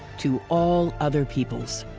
to all other peoples.